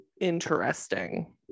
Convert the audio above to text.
interesting